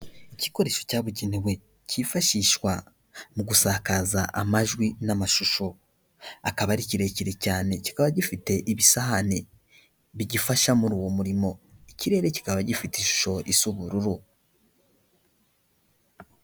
Igikoresho cyabugenewe cyifashishwa mu gusakaza amajwi n'amashusho, akaba ari kirekire cyane kikaba gifite ibisahane bigifasha muri uwo murimo, ikirere kikaba gifite ishusho isa ubururu.